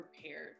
prepared